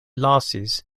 lasis